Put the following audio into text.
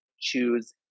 choose